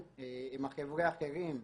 האחרים,